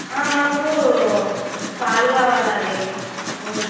మాకు పాలు కావాలండి